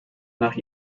nach